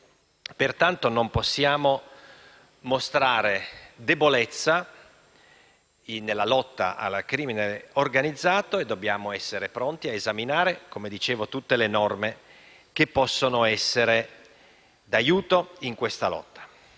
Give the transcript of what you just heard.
Pertanto non possiamo mostrare debolezza nella lotta al crimine organizzato e dobbiamo essere pronti ad esaminare, come dicevo, tutte le norme che possono essere d'aiuto in questa lotta.